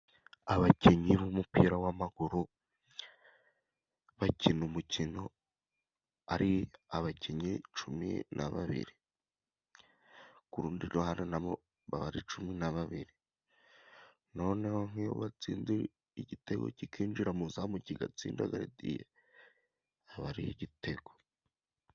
Abakinyi b'umupira w'amaguru bakina umukino ari abakinyi cumi babiri, ku rundi ruhande na bo baba ari cumi na babiri. Noneho nk'iyo batsinze igitego kikinjira mu zamu kigatsinda garidiye, haba hari igitego.